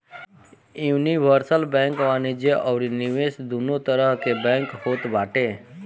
universal bank वाणिज्य अउरी निवेश दूनो तरह के बैंक होत बाटे